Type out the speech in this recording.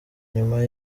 nyuma